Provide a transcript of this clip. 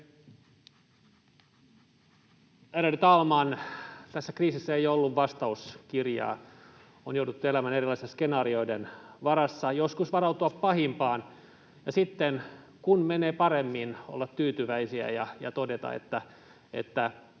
Ärade talman! Tässä kriisissä ei ole ollut vastauskirjaa. On jouduttu elämään erilaisten skenaarioiden varassa, joskus varautumaan pahimpaan, ja sitten kun menee paremmin, on oltu tyytyväisiä ja todettu, että